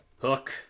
Hook